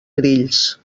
grills